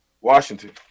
Washington